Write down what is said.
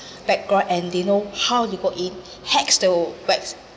background and they know how you go in hacks the webs